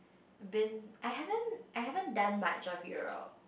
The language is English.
I've been I haven't I haven't done much of Europe